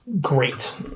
great